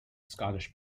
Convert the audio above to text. scottish